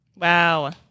Wow